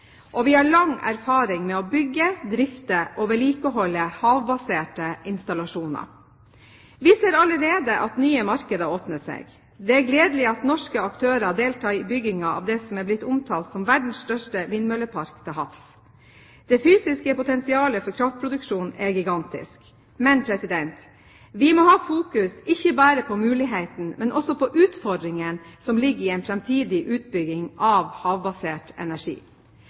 sokkel. Vi har lang erfaring med å bygge, drifte og vedlikeholde havbaserte installasjoner. Vi ser allerede at nye markeder åpner seg. Det er gledelig at norske aktører deltar i byggingen av det som er blitt omtalt som verdens største vindmøllepark til havs. Det fysiske potensialet for kraftproduksjon er gigantisk. Vi må ha fokus ikke bare på mulighetene, men også på utfordringene som ligger i en framtidig utbygging av havbasert energi.